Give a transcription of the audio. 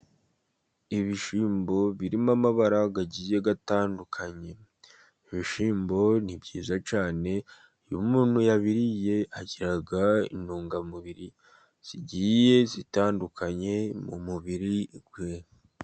Ibishyimbo birimo amabara agiye atandukanye. Ibishimbo ni byiza cyane, iyo muntu yabiye agira intungamubiri zigiye zitandukanye mu mubiri we.